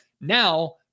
Now